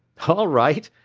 all right,